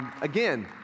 Again